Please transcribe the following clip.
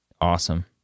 Awesome